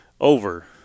over